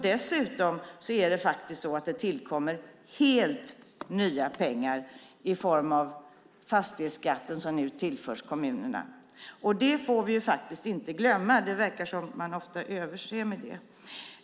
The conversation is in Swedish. Dessutom tillkommer det helt nya pengar i form av fastighetsskatten som tillförs kommunerna. Det får vi inte glömma - det verkar som att man ofta överser med det.